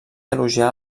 elogiar